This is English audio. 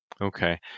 Okay